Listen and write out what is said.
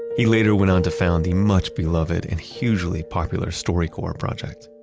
he later went on to found the much beloved and hugely popular storycorps project.